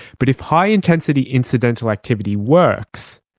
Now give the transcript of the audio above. but if high intensity incidental activity works,